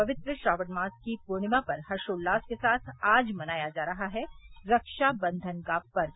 पवित्र श्रावण मास की पूर्णिमा पर हर्षोल्लास के साथ आज मनाया जा रहा है ख्ताबंधन का पर्व